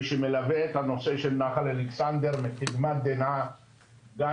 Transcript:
מי שמלווה את הנושא של נחל אלכסנדר מקדמת דנא גם